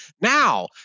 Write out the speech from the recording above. Now